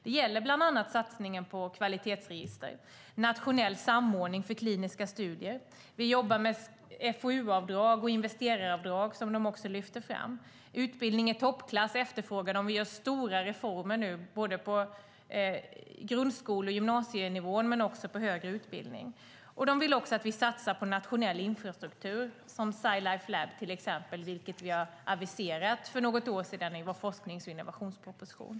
Det gäller bland annat satsningen på kvalitetsregister och nationell samordning för kliniska studier. Vi jobbar med FoU-avdrag och investeraravdrag, som också lyfts fram. Utbildning i toppklass efterfrågas. Vi genomför stora reformer på grundskole och gymnasienivå och för högre utbildning. De vill också att vi satsar på nationell infrastruktur, till exempel Sci Life Lab, vilket vi aviserade för något år sedan i vår forsknings och innovationsproposition.